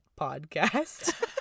podcast